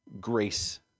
Grace